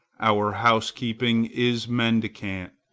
our housekeeping is mendicant,